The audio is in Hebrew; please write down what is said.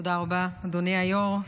תודה רבה, אדוני היו"ר.